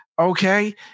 Okay